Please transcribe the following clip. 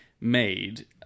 Made